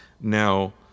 now